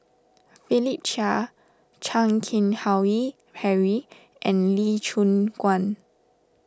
Philip Chia Chan Keng Howe Harry and Lee Choon Guan